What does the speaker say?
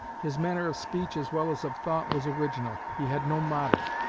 his manner of speech as well as of thought was original. he had no model.